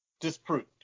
disproved